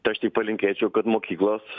tai aš tik palinkėčiau kad mokyklos